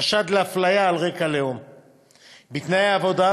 חשד לאפליה על רקע לאום בתנאי עבודה,